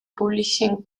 publishing